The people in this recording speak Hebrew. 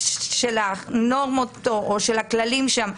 של הכללים שם.